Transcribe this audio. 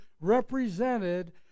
represented